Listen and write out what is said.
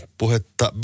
puhetta